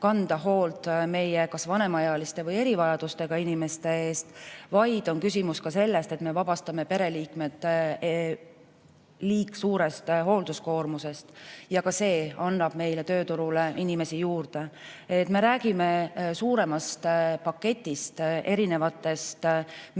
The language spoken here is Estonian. kanda hoolt meie vanemaealiste või erivajadustega inimeste eest, vaid on küsimus ka sellest, et me vabastame pereliikmed liigsuurest hoolduskoormusest ja see annab meie tööturule inimesi juurde. Me räägime suuremast paketist erinevatest meetmetest,